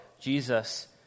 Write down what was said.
Jesus